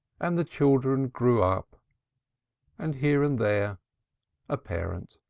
and the children grew up and here and there a parent.